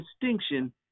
distinction